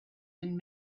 been